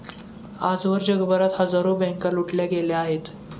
आजवर जगभरात हजारो बँका लुटल्या गेल्या आहेत